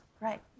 Right